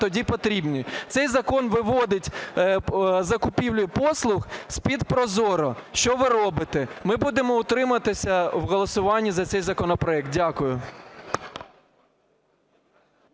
тоді потрібні? Цей закон виводить закупівлю послуг з-під ProZorro. Що ви робите? Ми будемо утримуватися в голосування за цей законопроект. Дякую.